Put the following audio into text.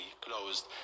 closed